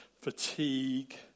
fatigue